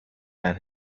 than